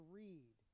read